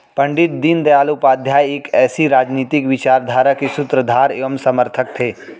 पण्डित दीनदयाल उपाध्याय एक ऐसी राजनीतिक विचारधारा के सूत्रधार एवं समर्थक थे